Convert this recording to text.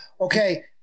Okay